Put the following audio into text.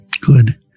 Good